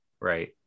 Right